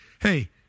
hey